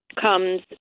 comes